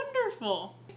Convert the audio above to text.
Wonderful